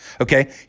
Okay